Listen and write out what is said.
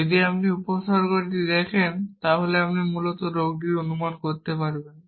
যদি আপনি উপসর্গটি দেখেন তাহলে আপনি মূলত রোগটি অনুমান করেন